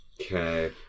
Okay